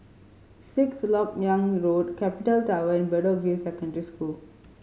Sixth Lok Yang Road Capital Tower and Bedok View Secondary School